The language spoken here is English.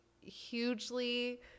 hugely